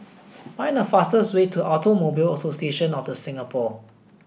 find the fastest way to Automobile Association of The Singapore